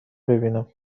ببینم